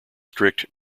strict